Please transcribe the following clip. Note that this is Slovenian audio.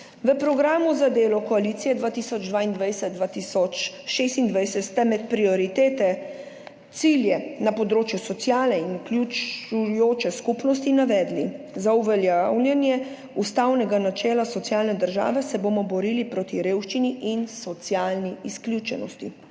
V programu za delo koalicije 2022–2026 ste med prioritete, cilje na področju socialne in vključujoče skupnosti navedli: »Za uveljavljanje ustavnega načela socialne države se bomo borili proti revščini in socialni izključenosti.